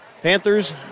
Panthers